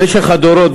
במשך הדורות,